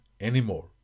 anymore